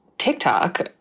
tiktok